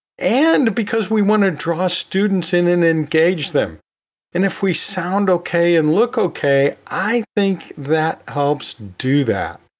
and because we want to draw students in and engage them, and if we sound okay, and look okay, i think that helps do that.